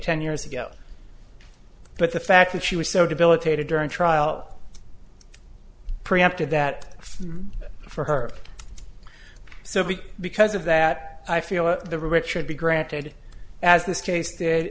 ten years ago but the fact that she was so debilitated during trial preempted that for her so we because of that i feel the rich should be granted as this case